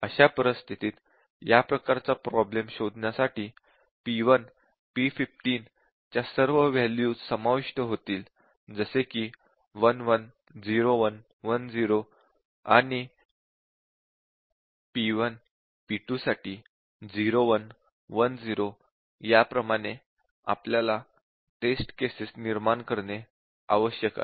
अशा परिस्थितीत या प्रकारचा प्रॉब्लेम शोधण्यासाठी P1 P15 च्या सर्व वॅल्यूज समाविष्ट होतील जसे की 1 1 0 1 1 0 आणि P1 P2 साठी 0 1 1 0 याप्रमाणे आपल्याला टेस्ट केसेस निर्माण करणे आवश्यक आहे